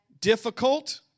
difficult